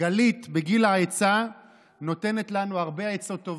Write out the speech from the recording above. גלית בגיל העצה נותנת לנו הרבה עצות טובות.